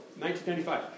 1995